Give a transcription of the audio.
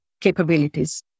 capabilities